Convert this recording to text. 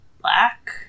black